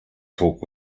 talk